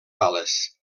pales